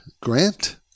Grant